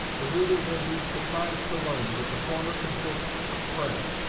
the reader will be surprised to learn, that the former consists of prayer.